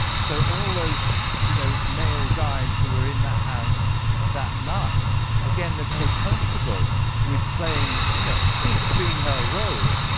so all those you know male guys who were in that house that night again they're very comfortable with playing you know a big female role.